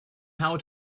how